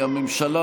הממשלה,